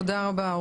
מצוין.